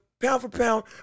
pound-for-pound